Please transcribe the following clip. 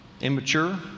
Immature